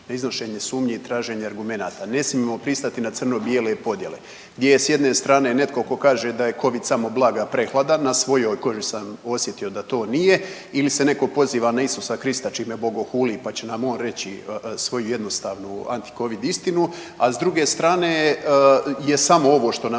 na iznošenje sumnji i traženja argumenata. Ne smijemo pristati na crno bijele podjele, gdje je s jedne strane netko tko kaže da je covid samo blaga preglada, na svojoj koži sam osjetio da to nije ili se netko poziva na Isusa Krista čime bogohuli pa će nam on reći svoju jednostavnu anti covid istinu. A s druge strane je samo ovo što nam